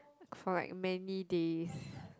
for like many days